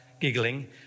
giggling